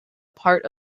part